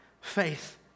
faith